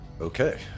Okay